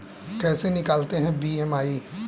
कैसे निकालते हैं बी.एम.आई?